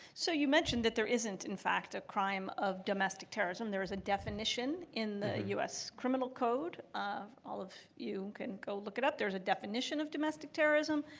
so you mentioned that there isn't in fact a crime of domestic terrorism. there is a definition in the u s. criminal code. all of you can go look it up. there's a definition of domestic terrorism,